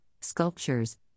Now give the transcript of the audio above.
sculptures